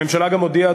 הממשלה גם הודיעה,